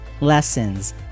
lessons